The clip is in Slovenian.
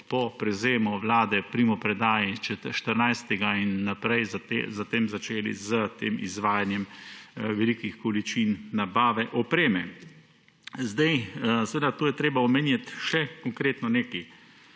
po prevzemu Vlade, primopredaji 14. in naprej začeli s tem izvajanjem velikih količin nabave opreme. Tu je treba omeniti še konkretno nekaj,